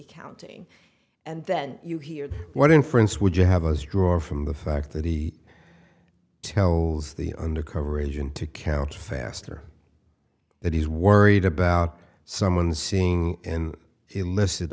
counting and then you hear what inference would you have us draw from the fact that he tells the undercover agent to count faster that he's worried about someone seeing an illicit